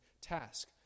task